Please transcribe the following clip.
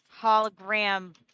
hologram